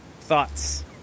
thoughts